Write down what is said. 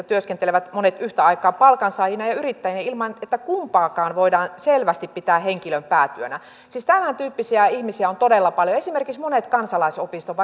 työskentelevät monet yhtä aikaa palkansaajina ja yrittäjinä ilman että kumpaakaan voidaan selvästi pitää henkilön päätyönä siis tämäntyyppisiä ihmisiä on todella paljon esimerkiksi monet kansalaisopistojen